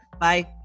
Bye